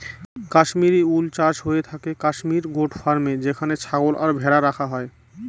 Kashmiri wool চাষ হয়ে থাকে কাশ্মির গোট ফার্মে যেখানে ছাগল আর ভেড়া রাখা হয়